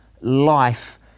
life